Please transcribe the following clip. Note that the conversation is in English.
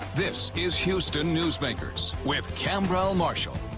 this is houston newsmakers, with khambrel marshall.